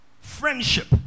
Friendship